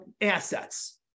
assets